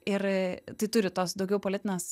ir tai turi tos daugiau politinės